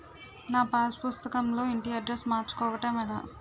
నా పాస్ పుస్తకం లో ఇంటి అడ్రెస్స్ మార్చుకోవటం ఎలా?